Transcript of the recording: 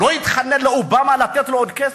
לא התחנן לאובמה לתת לו עוד כסף?